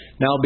Now